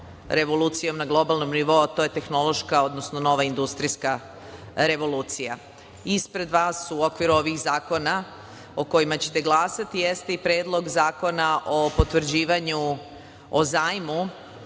revolucijom na globalnom nivou a to je tehnološka, odnosno nova industrijska revolucija. Ispred vas, u okviru ovih zakona o kojima ćete glasati, jeste i Predlog zakona o zajmu